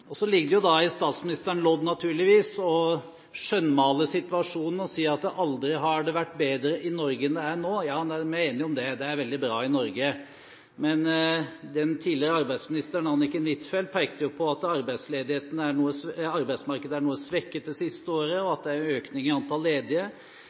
opposisjon. Så er det jo den forrige statsministerens lodd å skjønnmale situasjonen og si at det aldri har vært bedre i Norge enn det er nå. Ja, vi er enige om det, det er veldig bra i Norge, men den tidligere arbeidsministeren Anniken Huitfeldt pekte på at arbeidsmarkedet er noe svekket det siste året, og